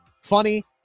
funny